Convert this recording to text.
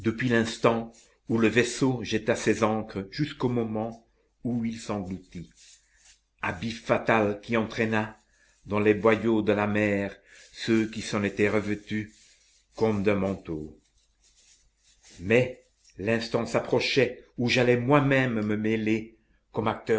l'instant où le vaisseau jeta ses ancres jusqu'au moment où il s'engloutit habit fatal qui entraîna dans les boyaux de la mer ceux qui s'en étaient revêtus comme d'un manteau mais l'instant s'approchait où j'allais moi-même me mêler comme